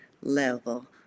level